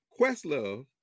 Questlove